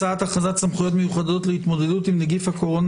הצעת הכרזת סמכויות מיוחדות להתמודדות עם נגיף הקורונה